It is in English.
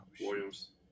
Williams